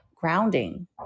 grounding